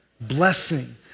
Blessing